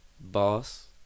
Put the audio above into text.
boss